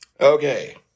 Okay